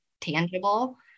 tangible